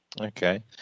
okay